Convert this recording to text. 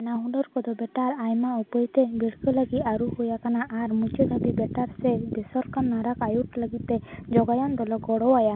ᱱᱚᱣᱟ ᱱᱟᱱᱟ ᱦᱩᱱᱟᱹᱨ ᱠᱚᱫᱚ ᱵᱮᱴᱟᱨ ᱫᱚ ᱟᱢᱟ ᱩᱯᱟᱹᱭᱛᱮ ᱵᱷᱤᱲᱠᱟᱹᱣ ᱞᱟᱹᱜᱤᱫ ᱟᱹᱨᱩ ᱦᱩᱭ ᱟᱠᱟᱱᱟ ᱟᱨ ᱢᱩᱪᱟᱹᱫ ᱫᱷᱟᱹᱵᱤᱡ ᱵᱮᱴᱟᱨ ᱥᱮ ᱵᱮᱥᱚᱠᱟᱨ ᱱᱟᱨᱟᱠ ᱟᱭᱩᱴ ᱞᱟᱹᱜᱤᱫ ᱛᱮ ᱡᱚᱜᱟᱣᱟᱱ ᱫᱚᱞ ᱠᱚ ᱜᱚᱲᱚ ᱟᱭ